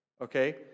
okay